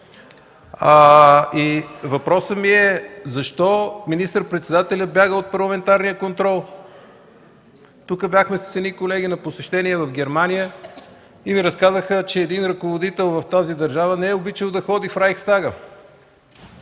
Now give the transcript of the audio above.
Въпросът ми е: защо министър-председателят бяга от парламентарния контрол? С едни колеги бяхме на посещение в Германия и ни разказаха, че един ръководител в тази държава най-обичал да ходи в Райхстага.